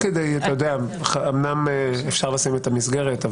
אמנם אפשר לשים את המסגרת,